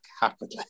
happily